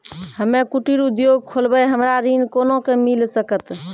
हम्मे कुटीर उद्योग खोलबै हमरा ऋण कोना के मिल सकत?